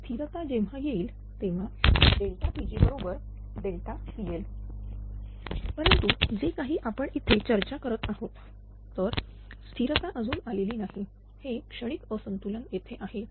तर स्थिरता जेव्हा येईल तेव्हाPg बरोबर PL परंतु जे काही आपण इथे चर्चा करत आहोत तर स्थिरता अजून आलेली नाही हे क्षणिक असंतुलन येथे आहे